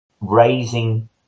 raising